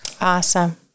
Awesome